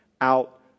out